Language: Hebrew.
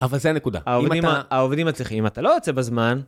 אבל זה הנקודה, העובדים אצלך, אם אתה לא יוצא בזמן...